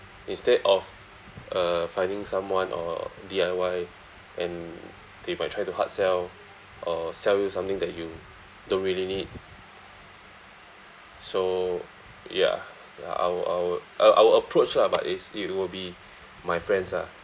instead of uh finding someone or D_I_Y and they might try to hard sell or sell you something that you don't really need so ya ya I will I will uh I will approach lah but it's it will be my friends ah